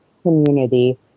community